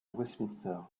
westminster